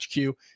HQ